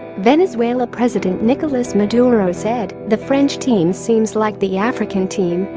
venezuela president nicolas maduro said the french team seems like the african team,